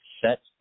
Set